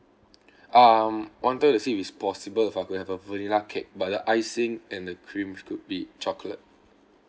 um wanted to see if it's possible if I could have a vanilla cake but the icing and the cream could be chocolate